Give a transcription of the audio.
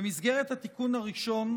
במסגרת התיקון הראשון,